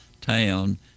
town